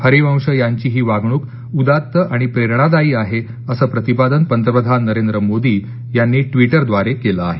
हरिवंश यांची ही वागणुक उद्दात्त आणि प्रेरणादायी आहे असं प्रतिपादन पंतप्रधान नरेंद्र मोदी यांनी ट्विटर द्वारे केलं आहे